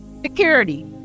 security